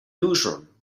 newsroom